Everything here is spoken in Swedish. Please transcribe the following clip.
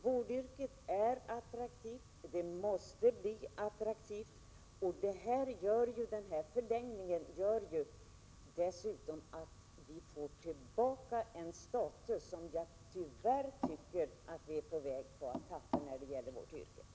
Vårdyrket har varit attraktivt. Det måste förbli attraktivt. Denna förlängning gör dessutom att vårdyrket får tillbaka en status, som jag tyvärr tycker att det är på väg att tappa.